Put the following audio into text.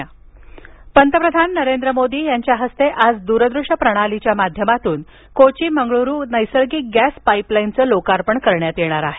मोदी पंतप्रधान नरेंद्र मोदी यांच्या हस्ते आज द्रदृश्य प्रणालीच्या माध्यमातून कोची मंगळुरू नैसर्गिक गॅस पाईपलाईनचं लोकार्पण करण्यात येणार आहे